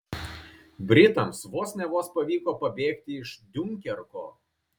britams vos ne vos pavyko pabėgti iš diunkerko